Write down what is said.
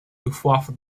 luftwaffe